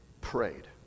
prayed